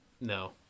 No